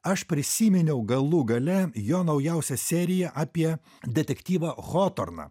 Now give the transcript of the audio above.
aš prisiminiau galų gale jo naujausią seriją apie detektyvą hotorną